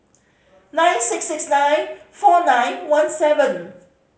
nine six six nine four nine one seven